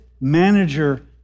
manager